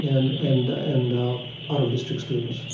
and and and out of district students.